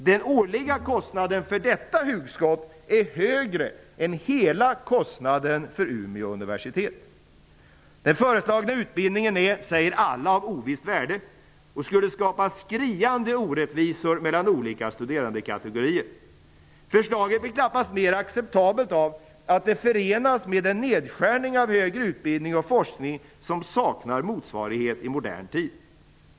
Den årliga kostnaden för detta hugskott är högre än hela kostnaden för Umeå universitet. Den föreslagna utbildningen är, säger alla, av ovisst värde och skulle skapa skriande orättvisor mellan olika studerandekategorier. Förslaget blir knappast mer acceptabelt av att det förenas med en nedskärning av högre utbildning och forskning som saknar motsvarighet i modern tid.